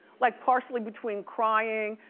like partially between crying,